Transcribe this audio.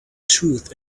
truth